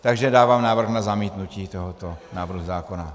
Takže dávám návrh na zamítnutí tohoto návrhu zákona.